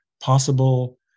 possible